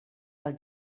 del